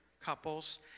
couples